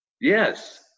Yes